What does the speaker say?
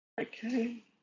Okay